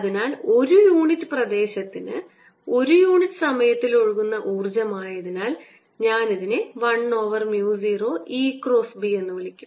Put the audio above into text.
അതിനാൽ ഒരു യൂണിറ്റ് പ്രദേശത്തിന് ഒരു യൂണിറ്റ് സമയത്തിൽ ഒഴുകുന്ന ഊർജ്ജം ആയതിനാൽ ഞാൻ ഇതിനെ 1 over mu 0 E cross B എന്ന് വിളിക്കും